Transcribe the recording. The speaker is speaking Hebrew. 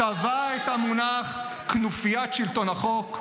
-- טבע את המונח כנופיית שלטון החוק,